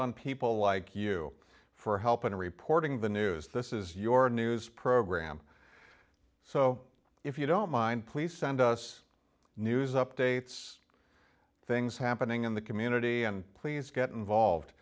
on people like you for help in reporting the news this is your news program so if you don't mind please send us news updates things happening in the community and please get involved